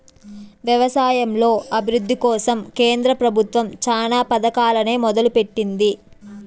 వ్యవసాయంలో అభివృద్ది కోసం కేంద్ర ప్రభుత్వం చానా పథకాలనే మొదలు పెట్టింది